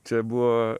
čia buvo